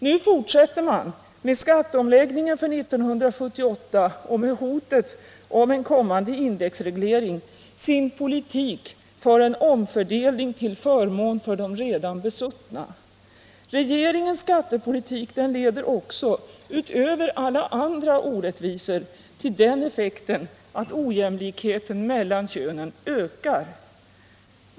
Nu fortsätter man — med skatteomläggningen för 1978 och med hotet om en kommande indexreglering — sin politik för en omfördelning till förmån för de redan besuttna. Regeringens skattepolitik leder också, utöver alla andra orättvisor, till den effekten att ojämlikheten mellan könen ökar.